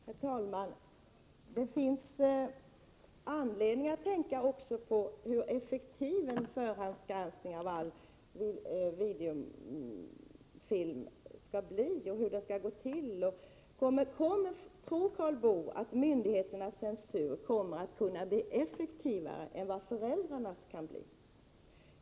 Herr talman! Det finns anledning att tänka också på hur effektiv en förhandsgranskning av all videofilm skulle bli och hur den skulle gå till. Tror Karl Boo att myndigheternas censur kommer att kunna bli effektivare än vad föräldrarnas kan bli?